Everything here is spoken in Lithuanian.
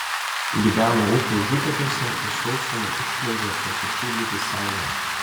gyvena upių užutekiuose į sausumą iššliaužia pasišildyti saulėje